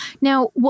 Now